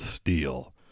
steel